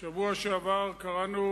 בשבוע שעבר קראנו